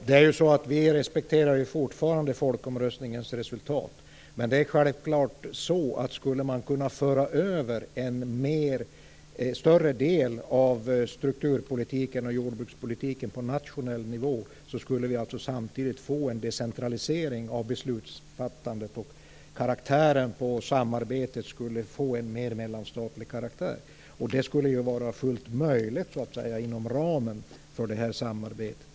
Herr talman! Vi respekterar fortfarande folkomröstningens resultat. Men om man skulle kunna föra över en större del av strukturpolitiken och jordbrukspolitiken på nationell nivå är det självklart att man samtidigt skulle få en decentralisering av beslutsfattandet och att samarbetet skulle få en mer mellanstatlig karaktär. Det skulle vara fullt möjligt inom ramen för det här samarbetet.